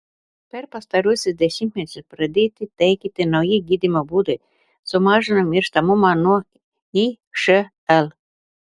per pastaruosius dešimtmečius pradėti taikyti nauji gydymo būdai sumažino mirštamumą nuo išl